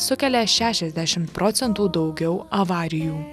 sukelia šešiasdešim procentų daugiau avarijų